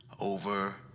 over